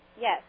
yes